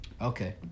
Okay